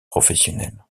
professionnelle